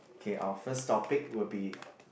okay our first topic will be